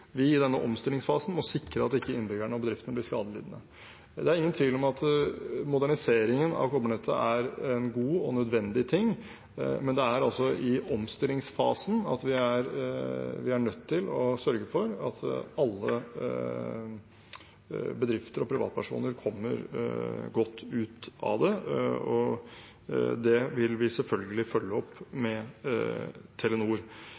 vi i denne omstillingsfasen må sikre at innbyggerne og bedriftene ikke blir skadelidende. Det er ingen tvil om at moderniseringen av kobbernettet er en god og nødvendig ting, men det er altså i omstillingsfasen vi er nødt til å sørge for at alle bedrifter og privatpersoner kommer godt ut av det, og det vil vi selvfølgelig følge opp overfor Telenor.